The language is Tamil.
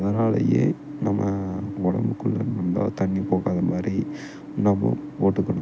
அதனாலயே நம்ம உடம்புக்குள்ளே நல்லா தண்ணி போகாத மாதிரி நம்ம போட்டுக்கணும்